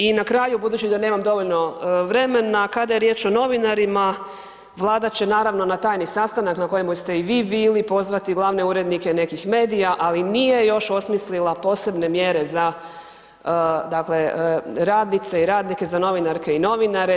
I na kraju, budući da nemam dovoljno vremena, kada je riječ o novinarima Vlada će naravno na tajni sastanak na kojemu ste i vi bili pozvati glavne urednike nekih medija, ali nije još osmislila posebne mjere za radnice i radnike, za novinarke i novinare.